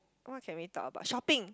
what can we talk about shopping